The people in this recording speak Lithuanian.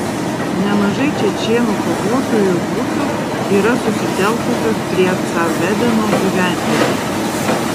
nemažai čečėnų kovotojų grupių yra susitelkusios prie ca vedeno gyvenvietės